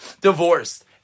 divorced